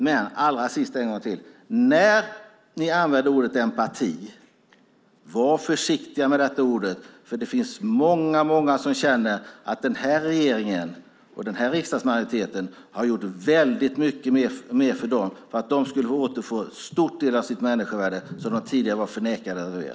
Var försiktiga när ni använder ordet empati. Det finns många som känner att den här regeringen och den här riksdagsmajoriteten har gjort mycket mer för dem så att de kan återfå en stor del av det människovärde de tidigare var förnekade att ha.